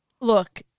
Look